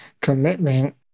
commitment